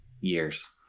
years